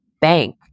bank